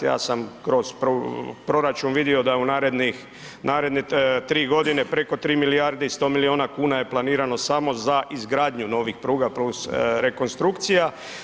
Ja sam kroz proračun vidio da je u narednih, naredne 3 godine preko 3 milijarde i 100 milijuna kuna je planirano samo za izgradnju novih pruga plus rekonstrukcija.